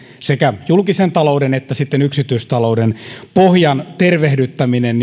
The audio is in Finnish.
sekä julkisen talouden että sitten yksityistalouden pohjan tervehdyttäminen